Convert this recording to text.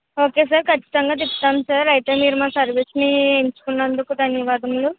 okay sir ఖచ్చితంగా చెప్తాం sir అయితే మీరు మా సర్వీస్ని ఎంచుకున్నందుకు ధన్యవాదములు